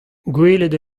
gwelet